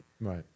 Right